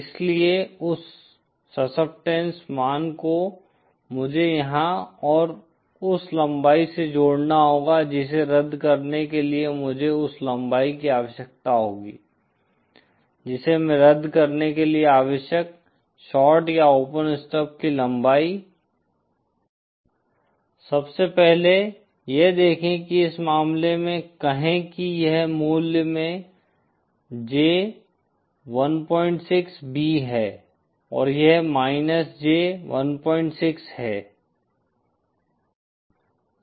इसलिए उस सस्केपटेन्स मान को मुझे यहां और उस लंबाई से जोड़ना होगा जिसे रद्द करने के लिए मुझे उस लंबाई की आवश्यकता होगी जिसे मैं रद्द करने के लिए आवश्यक शॉर्ट या ओपन स्टब की लंबाई सबसे पहले यह देखें कि इस मामले में कहें कि यह मूल्य में J 16 B है और यह माइनस J 16 है